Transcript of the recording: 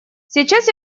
сейчас